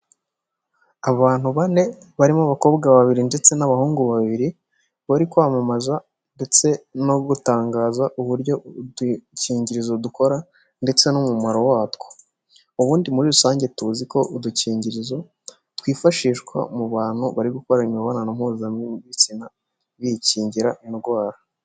Abantu bane barimo abakobwa babiri ndetse n'abahungu babiri, bari kwamamaza ndetse no gutangaza uburyo udukingirizo dukora, ndetse n'umumaro watwo. Ubundi muri rusange tuzi ko udukingirizo twifashishwa n’abantu bari gukora imibonano mpubitsina bikingira indwara.